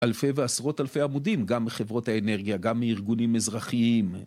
אלפי ועשרות אלפי עמודים, גם מחברות האנרגיה, גם מארגונים אזרחיים.